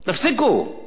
תלכו לשלום.